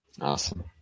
Awesome